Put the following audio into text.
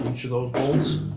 and sure those bolts